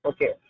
Okay